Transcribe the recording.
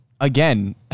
again